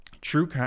true